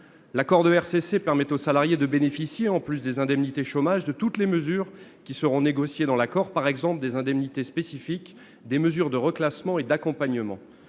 L'accord de RCC permet aux salariés de bénéficier, en plus des indemnités de chômage, de toutes les mesures ayant été négociées, par exemple des indemnités spécifiques ou des mesures de reclassement et d'accompagnement.